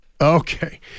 Okay